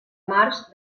març